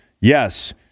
Yes